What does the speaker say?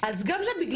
גם זה.